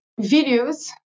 videos